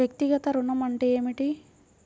వ్యక్తిగత ఋణం అంటే ఏమిటి?